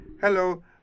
Hello